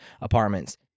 apartments